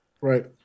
Right